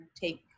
take